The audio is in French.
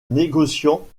négociant